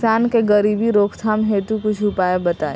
किसान के गरीबी रोकथाम हेतु कुछ उपाय बताई?